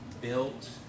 built